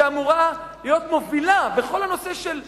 שאמורה להיות מובילה בכל הנושא של השירות,